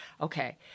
Okay